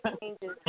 changes